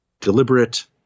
deliberate